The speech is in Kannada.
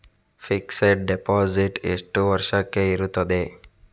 ಫಿಕ್ಸೆಡ್ ಡೆಪೋಸಿಟ್ ಎಷ್ಟು ವರ್ಷಕ್ಕೆ ಇರುತ್ತದೆ?